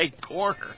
corner